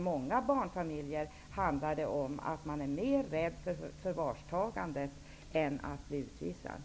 Många barnfamiljer är mer rädda för förvarstagandet än för att bli avvisade.